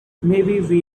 maybe